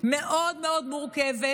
מאוד מאוד מורכבת